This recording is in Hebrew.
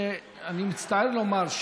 אני מצטער לומר,